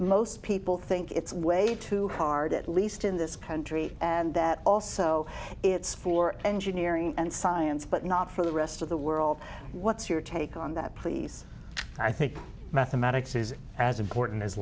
most people think it's way too hard at least in this country and that also it's for engineering and science but not for the rest of the world what's your take on that please i think mathematics is as important as